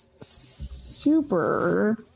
super